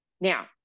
Now